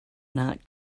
not